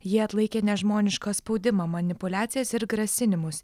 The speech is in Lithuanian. jie atlaikė nežmonišką spaudimą manipuliacijas ir grasinimus